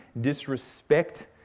disrespect